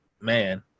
man